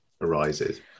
arises